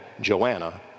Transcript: Joanna